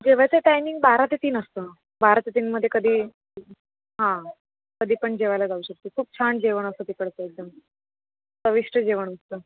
जेवायचा टायमिंग बारा ते तीन असतो बारा ते तीनमध्ये कधी हां कधी पण जेवायला जाऊ शकते खूप छान जेवण असतं तिकडचं एकदम चविष्ट जेवण असतं